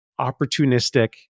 opportunistic